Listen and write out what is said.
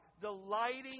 delighting